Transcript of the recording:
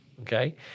okay